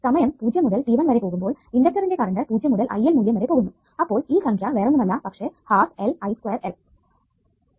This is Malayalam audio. സമയം 0 മുതൽ t 1 വരെ പോകുമ്പോൾ ഇണ്ടക്ടറിന്റെ കറണ്ട് 0 മുതൽ IL മൂല്യം വരെ പോകുന്നു അപ്പോൾ ഈ സംഖ്യ വേറൊന്നുമല്ല പക്ഷെ 12LIL2